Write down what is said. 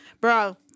Bro